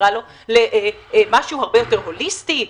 למשהו הרבה יותר הוליסטי,